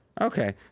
Okay